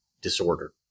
disorder